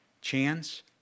chance